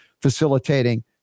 facilitating